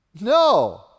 No